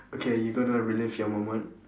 okay you gonna relive your moment